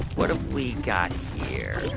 what have we got here?